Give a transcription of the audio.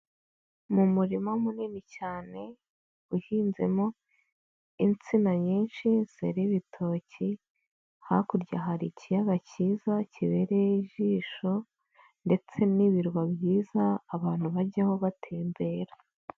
Ni umurima munini cyane uhinzemo insina nyinshi zera ibitoki, hakurya hari ikiyaga cyiza kibereye ijisho ndetse n'ibirwa byiza abantu bajyaho batembera.